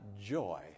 joy